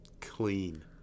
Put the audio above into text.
clean